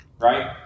right